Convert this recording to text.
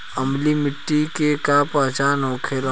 अम्लीय मिट्टी के का पहचान होखेला?